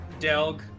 Delg